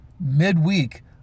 midweek